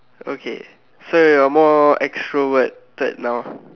okay so you're more extroverted now